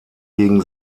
gegen